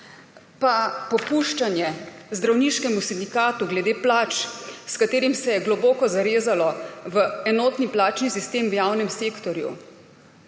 pa popuščanje zdravniškemu sindikatu glede plač, s katerim se je globoko zarezalo v enotni plačni sistem v javnem sektorju.